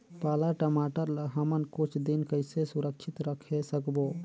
पाला टमाटर ला हमन कुछ दिन कइसे सुरक्षित रखे सकबो?